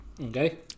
Okay